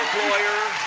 lawyer.